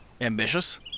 ambitious